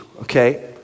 okay